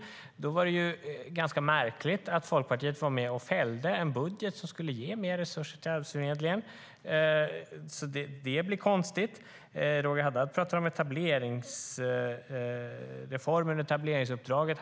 Då var det ganska märkligt att Folkpartiet var med och fällde en budget som skulle ge mer resurser till Arbetsförmedlingen - det blir konstigt. Roger Haddad pratar om etableringsreformen och etableringsuppdraget.